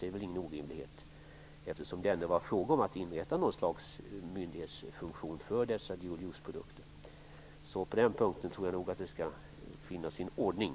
Det är väl inte orimligt eftersom det ändå var fråga om att inrätta något slag av myndighet för dessa dual use-produkter. På den punkten tror jag nog att det skall bli ordning.